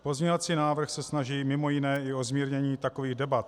Pozměňovací návrh se snaží mimo jiné i o zmírnění takových debat.